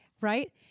right